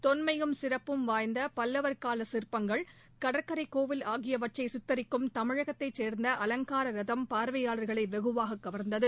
தொன்மையும் சிறப்பும் வாய்ந்த பல்லவர் கால சிற்பங்கள் கடற்கரை கோவில் ஆகியவற்றை சித்தரிக்கும் தமிழகத்தை சேர்ந்த அலங்கார ரதம் பார்வையாளர்களை வெகுவாக கவர்ந்தது